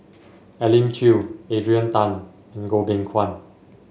Elim Chew Adrian Tan and Goh Beng Kwan